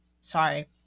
sorry